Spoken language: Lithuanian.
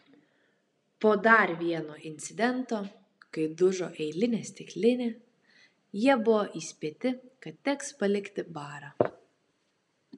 po dar vieno incidento kai dužo eilinė stiklinė jie buvo įspėti kad teks palikti barą